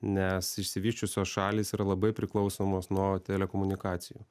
nes išsivysčiusios šalys yra labai priklausomos nuo telekomunikacijų